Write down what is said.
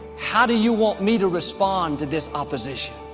how do you want me to respond to this opposition?